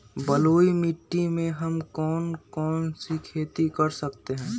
बलुई मिट्टी में हम कौन कौन सी खेती कर सकते हैँ?